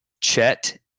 Chet